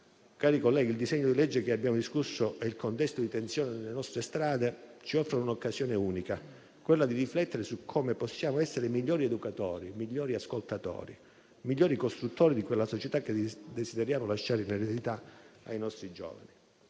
Cari colleghi, il disegno di legge che abbiamo discusso e il contesto di tensione nelle nostre strade ci offrono un'occasione unica, quella di riflettere su come possiamo essere migliori educatori, migliori ascoltatori, migliori costruttori di quella società che desideriamo lasciare in eredità ai nostri giovani.